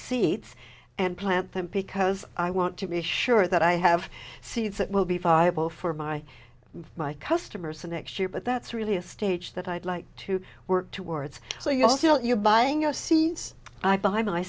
seeds and plant them because i want to be sure that i have seeds that will be viable for my my customers the next year but that's really a stage that i'd like to work towards so you also you're buying a seeds i buy my